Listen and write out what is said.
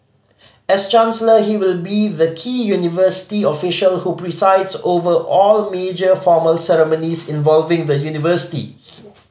as chancellor he will be the key university official who presides over all major formal ceremonies involving the university